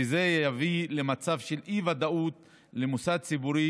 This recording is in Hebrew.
וזה יביא למצב של אי-ודאות למוסד ציבורי,